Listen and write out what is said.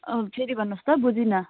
अँ फेरि भन्नुहोस् त बुझिन